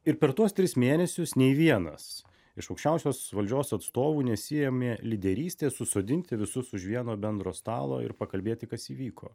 ir per tuos tris mėnesius nei vienas iš aukščiausios valdžios atstovų nesiėmė lyderystės susodinti visus už vieno bendro stalo ir pakalbėti kas įvyko